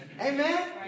Amen